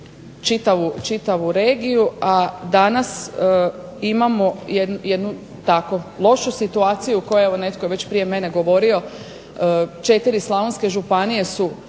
čitavu regiju, a danas imamo jednu tako lošu situaciju koja, evo netko je već prije mene govorio, 4 slavonske županije su